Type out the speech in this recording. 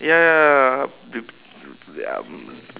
ya ya um